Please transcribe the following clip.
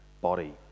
body